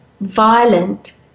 violent